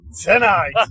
tonight